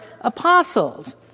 apostles